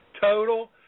total